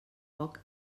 poc